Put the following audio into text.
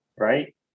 right